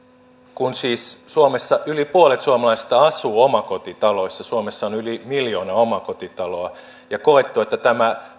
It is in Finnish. kun siis suomessa yli puolet suomalaisista asuu omakotitaloissa suomessa on yli miljoona omakotitaloa ja on koettu että tämä